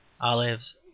olives